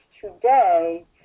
today